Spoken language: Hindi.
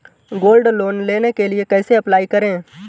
गोल्ड लोंन के लिए कैसे अप्लाई करें?